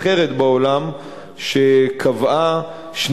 שאין שום מדינה מערבית אחרת בעולם שקבעה 2